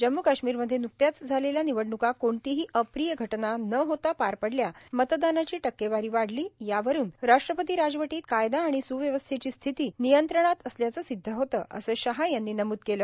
जम्म् काश्मीरमध्ये नुकत्याच झालेल्या निवडणुका कोणतीही अप्रिय घटना न होता पार पडल्या मतदानाची टक्केवारी वाढली यावरून राष्ट्रपती राजवटीत कायदा आणि सुव्यवस्थेची स्थिती नियंत्रणात असल्याचं सिद्ध होतं असं शहा यांनी नमूद केलं